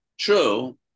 true